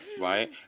right